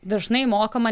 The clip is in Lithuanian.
dažnai mokama